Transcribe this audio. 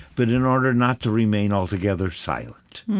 but in order not to remain altogether silent,